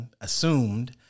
assumed